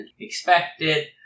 expected